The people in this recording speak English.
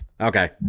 Okay